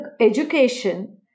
education